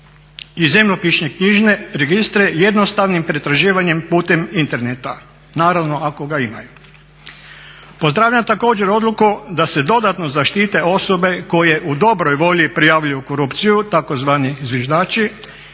i zemljopisno knjižne registre jednostavnim pretraživanjem putem interneta, naravno ako ga imaju. Pozdravljam također odluku da se dodatno zaštite osobe koje u dobroj volji prijavljuju korupciju, tzv. zviždači,